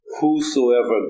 Whosoever